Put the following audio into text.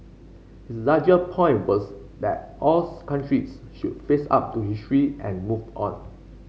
his larger point was that all countries should face up to history and move on